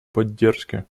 поддержки